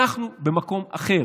אנחנו במקום אחר.